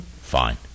fine